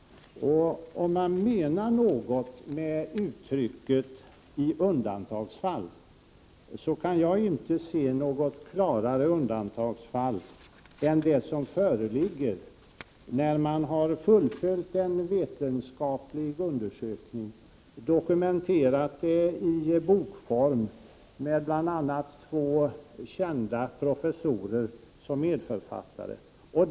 Om man menar något med uttrycket ”i undantagsfall” kan jag inte se något klarare undantagsfall än det som föreligger. Man har fullföljt en vetenskaplig undersökning och dokumenterat den i bokform med bl.a. två kända professorer som medförfattare.